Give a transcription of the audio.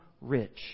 rich